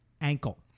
ankle